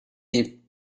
deep